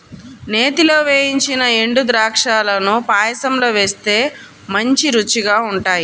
నేతిలో వేయించిన ఎండుద్రాక్షాలను పాయసంలో వేస్తే మంచి రుచిగా ఉంటాయి